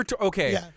Okay